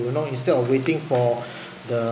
you know instead of waiting for the